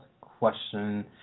question